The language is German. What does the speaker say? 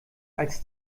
als